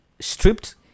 stripped